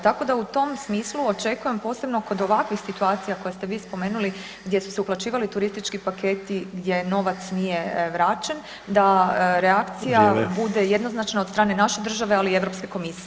Tako da u tom smislu očekujem posebno kod ovakvih situacija koje ste vi spomenuli gdje su se uplaćivali turistički paketi gdje novac nije vraćen da reakcija bude jednoznačna od strane naše države, ali i od Europske komisije.